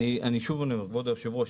כבוד היושב-ראש,